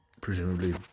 presumably